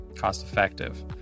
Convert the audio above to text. cost-effective